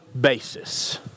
basis